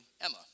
Emma